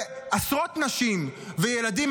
עשרות נשים וילדים,